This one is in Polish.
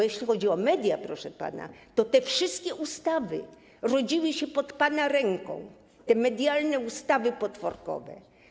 Jeśli chodzi o media, proszę pana, to te wszystkie ustawy rodziły się pod pana ręką, te medialne ustawy potworkowe.